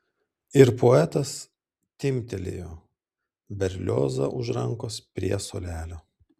ir poetas timptelėjo berliozą už rankos prie suolelio